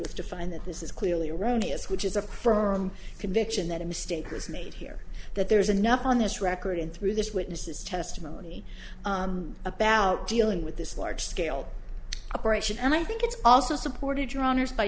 with to find that this is clearly erroneous which is a firm conviction that a mistake was made here that there's enough on this record and through this witness's testimony about dealing with this large scale operation and i think it's also supported your honour's by